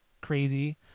crazy